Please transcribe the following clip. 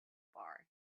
bar